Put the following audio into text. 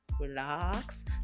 Relax